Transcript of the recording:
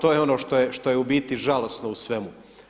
To je ono što je u biti žalosno u svemu.